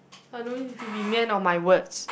I don't need to be man of my words